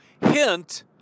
hint